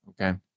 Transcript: Okay